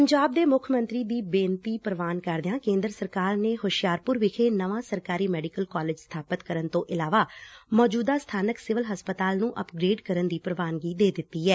ਪੰਜਾਬ ਦੇ ਮੁੱਖ ਮੰਤਰੀ ਦੀ ਬੇਨਤੀ ਪ੍ਰਵਾਨ ਕਰਦਿਆਂ ਕੇਂਦਰ ਸਰਕਾਰ ਨੇ ਹੁਸ਼ਿਆਰਪੁਰ ਵਿਖੇ ਨਵਾਂ ਸਰਕਾਰੀ ਮੈਡੀਕਲ ਕਾਲਜ ਸਬਾਪਤ ਕਰਨ ਤੋਂ ਇਲਾਵਾ ਮੌਜੁਦਾ ਸਬਾਨਕ ਸਿਵਲ ਹਸਪਤਾਲ ਨੂੰ ਅਪਗ੍ਰੇਡ ਕਰਨ ਦੀ ਪ੍ਵਾਨਗੀ ਦੇ ਦਿੱਤੀ ਐ